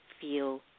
feel